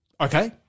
okay